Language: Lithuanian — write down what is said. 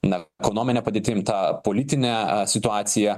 na ekonomine padėtim ta politine situacija